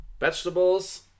Vegetables